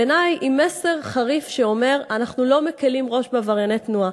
בעיני היא מסר חריף שאומר: אנחנו לא מקילים ראש בעברייני תנועה.